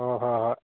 ꯍꯣ ꯍꯣꯏ ꯍꯣꯏ